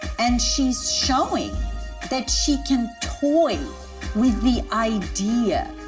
and she's showing that she can toy with the idea